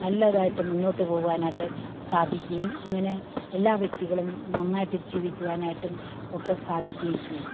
നല്ലതായിട്ട് മുന്നോട്ട് പോകുവാനായിട്ട് സാധിക്കുകയും അങ്ങനെ എല്ലാ വ്യക്തികളും നന്നായിട്ട് ജീവിക്കുവാനായിട്ടും ഒക്കെ സാധിക്കുകയും ചെയ്യും